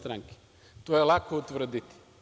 To je lako utvrditi.